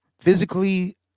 physically –